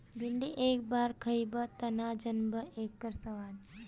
भिन्डी एक भरवा खइब तब न जनबअ इकर स्वाद